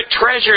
treasure